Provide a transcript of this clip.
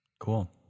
cool